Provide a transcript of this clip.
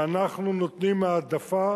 ואנחנו נותנים העדפה